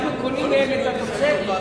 אנחנו קונים מהם את התוצרת.